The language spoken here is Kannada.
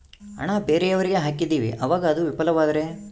ಹಣ ಬೇರೆಯವರಿಗೆ ಹಾಕಿದಿವಿ ಅವಾಗ ಅದು ವಿಫಲವಾದರೆ?